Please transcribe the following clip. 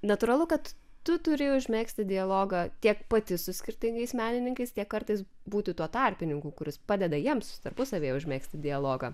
natūralu kad tu turi užmegzti dialogą tiek pati su skirtingais menininkais tiek kartais būti tuo tarpininku kuris padeda jiems tarpusavyje užmegzti dialogą